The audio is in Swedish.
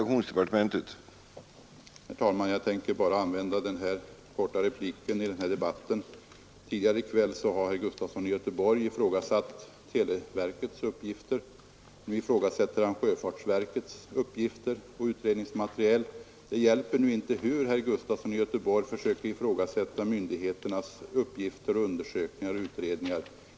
Herr talman! Jag tänker använda bara denna korta replik i denna debatt. Tidigare i kväll har herr Gustafson i Göteborg ifrågasatt televerkets uppgifter. Nu ifrågasätter han sjöfartsverkets uppgifter och utredningsmaterial. Det hjälper nu inte hur herr Gustafson försöker ifrågasätta myndigheternas uppgifter, undersökningar och utredningar.